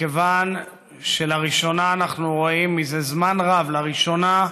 מכיוון שלראשונה אנחנו רואים, זה זמן רב, לראשונה,